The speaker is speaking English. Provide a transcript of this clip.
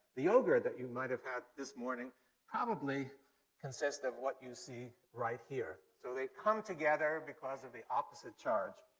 the yogurt that you might have had this morning probably consists of what you see right here. so, they come together because of the opposite charge.